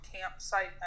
campsite